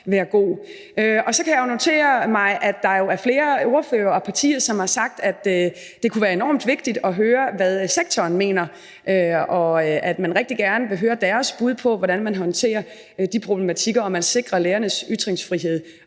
være god. Så kan jeg jo notere mig, at der er flere ordførere og partier, som har sagt, at det kunne være enormt vigtigt at høre, hvad sektoren mener, og at man rigtig gerne vil høre deres bud på, hvordan problematikkerne håndteres og lærernes ytringsfrihed